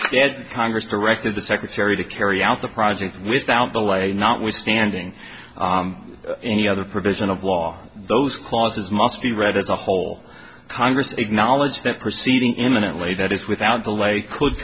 instead congress directed the secretary to carry out the project without delay notwithstanding any other provision of law those clauses must be read as a whole congress acknowledged that proceeding imminently that is without delay could